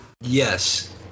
Yes